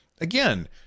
Again